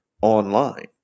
online